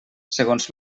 segons